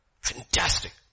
Fantastic